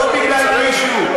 זה לא בגלל מישהו,